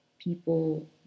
people